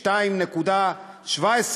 2.17,